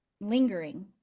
lingering